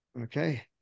okay